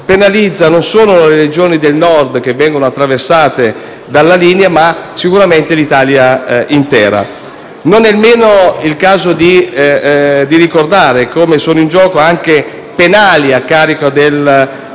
penalizza non sono le Regioni del Nord che vengono attraversate dalla linea, ma anche l'Italia intera. Non è nemmeno il caso di ricordare come siano in gioco penali a carico